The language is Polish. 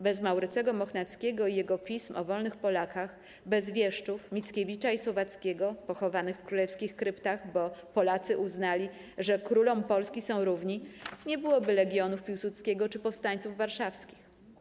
Bez Maurycego Mochnackiego i jego pism o wolnych Polakach, bez wieszczów Mickiewicza i Słowackiego, pochowanych w królewskich kryptach, bo Polacy uznali, że królom Polski są równi, nie byłoby Legionów Piłsudskiego czy Powstańców Warszawskich.